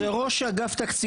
זו תוכנית של ראש אגף תקציבים,